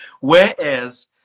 Whereas